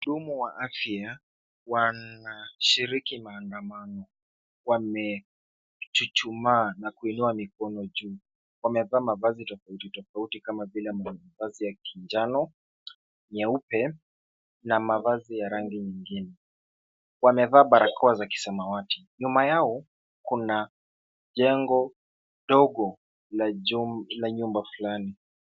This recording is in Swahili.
Wahudumu wa afya wanashiriki maandamno. Wamechuchumaa na kuinua mikono juu. Wamevaa mavazi tofauti tofauti kama mavazi ya kinjano, nyeupe na mavazi ya rangi zingine. Wamevaa barakoa za kisamawati. Nyuma yao kuna jengo dogo la nyumba fulani.